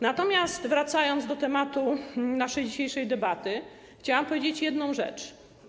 Natomiast wracając do tematu naszej dzisiejszej debaty, chciałam powiedzieć jedną rzecz.